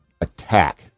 attack